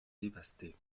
dévasté